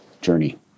journey